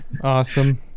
awesome